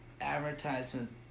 advertisements